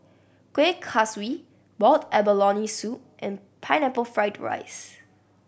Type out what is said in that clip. Kuih Kaswi boiled abalone soup and Pineapple Fried rice